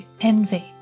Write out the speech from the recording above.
envy